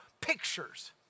pictures